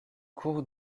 cours